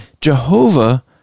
Jehovah